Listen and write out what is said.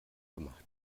gemacht